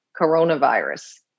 coronavirus